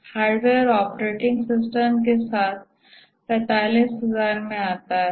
hardware operating system के साथ 45000 में आता है